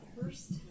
first